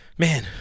Man